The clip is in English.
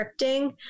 scripting